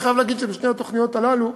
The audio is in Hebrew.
אני חייב להגיד ששתי התוכניות האלה,